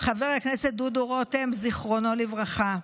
חבר הכנסת דודו רותם, זיכרונו לברכה.